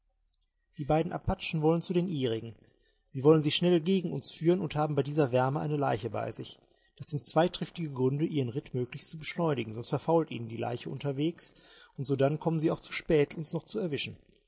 die beiden apachen wollen zu den ihrigen sie wollen sie schnell gegen uns führen und haben bei dieser wärme eine leiche bei sich das sind zwei triftige gründe ihren ritt möglichst zu beschleunigen sonst verfault ihnen die leiche unterwegs und sodann kommen sie auch zu spät uns noch zu erwischen